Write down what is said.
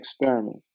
experiment